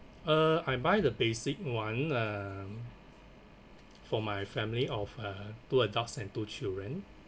uh I buy the basic one um for my family of uh two adults and two children